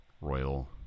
royal